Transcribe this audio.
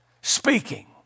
speaking